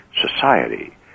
society